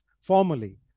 formally